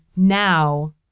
now